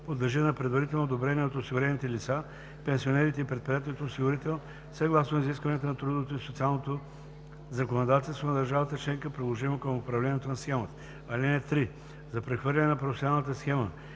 подлежи на предварително одобрение от осигурените лица, пенсионерите и предприятието осигурител съобразно изискванията на трудовото и социалното законодателство на държавата членка, приложимо към управлението на схемата. (3) За прехвърляне на професионалната схема